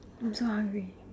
I'm sorry I